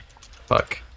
Fuck